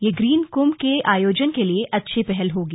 यह ग्रीन कुंभ के आयोजन के लिए अच्छी पहल होगी